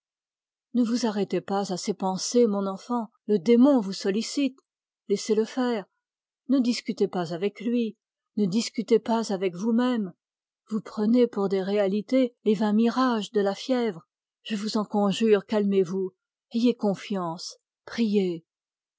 ne vous arrêtez pas à ces pensées mon enfant le démon vous sollicite laissez-le faire ne discutez pas avec lui ne discutez pas avec vous-même vous prenez pour des réalités les vains mirages de la fièvre je vous en conjure calmez-vous ayez confiance priez